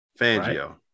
fangio